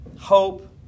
hope